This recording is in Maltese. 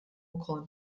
ukoll